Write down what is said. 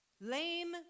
lame